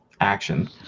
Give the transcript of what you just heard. action